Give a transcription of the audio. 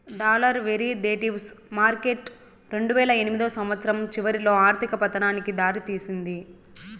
dollar derivatives market రెండువేల ఎనిమిదో సంవచ్చరం చివరిలో ఆర్థిక పతనానికి దారి తీసింది